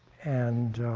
and